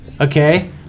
Okay